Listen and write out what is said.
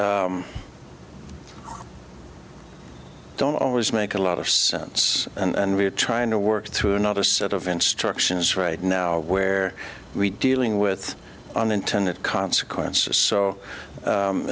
that don't always make a lot of sense and we're trying to work through another set of instructions right now where we dealing with unintended consequences so